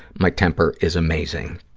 my temper is amazing.